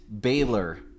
Baylor